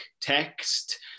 text